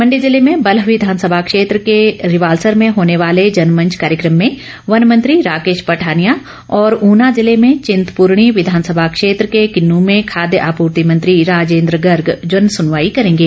मंडी जिले में बल्ह विधानसभा के रिवाल्सर में होने वाले जनमंच कॉर्यक्रम में वन मंत्री राकेश पठानिया और ऊना ज़िले में चिंतपूर्णी विधानसभा क्षेत्र के किन्नू में खाद्य आपूर्ति मंत्री राजेन्द्र गर्ग जनसुनवाई करेंगे